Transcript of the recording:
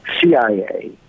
CIA